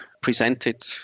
presented